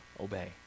obey